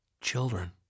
Children